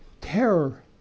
terror